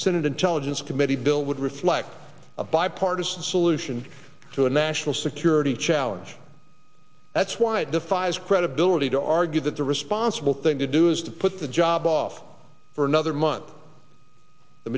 senate intelligence committee bill would reflect a bipartisan solution to a national security challenge that's why it defies credibility to argue that the responsible thing to do is to put the job off for another month the